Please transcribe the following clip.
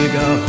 go